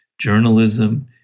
journalism